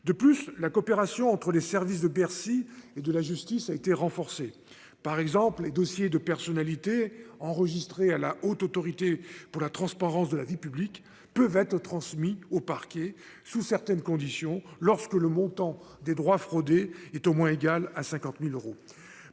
de plus, la coopération entre les services de Bercy et de la justice a été renforcée par exemple les dossiers de personnalités enregistré à la Haute autorité pour la transparence de la vie publique peuvent être transmis au parquet sous certaines conditions, lorsque le montant des droits fraudés est au moins égal à 50.000 euros.